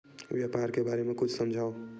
व्यापार के बारे म कुछु समझाव?